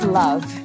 love